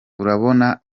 urabona